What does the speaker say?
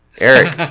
Eric